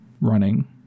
running